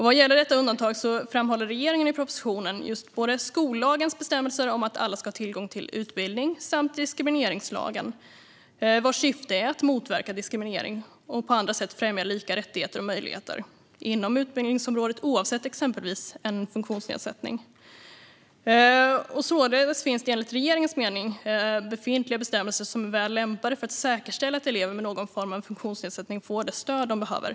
Vad gäller detta undantag framhåller regeringen i propositionen både skollagens bestämmelser om att alla ska ha tillgång till utbildning och diskrimineringslagen, vars syfte är att motverka diskriminering och på andra sätt främja lika rättigheter och möjligheter inom utbildningsområdet oavsett exempelvis en funktionsnedsättning. Således finns det enligt regeringens mening befintliga bestämmelser som är väl lämpade att säkerställa att elever med någon form av funktionsnedsättning får det stöd de behöver.